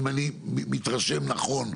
אם אני מתרשם נכון.